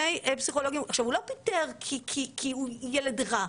הוא לא פיטר כי הוא ילד רע.